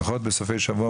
לפחות בסופי שבוע,